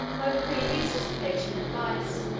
by previous dissipation and vice,